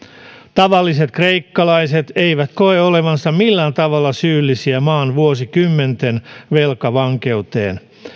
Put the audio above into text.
tavalliset kreikkalaiset eivät koe olevansa millään tavalla syyllisiä maan vuosikymmenten velkavankeuteen